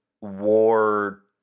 war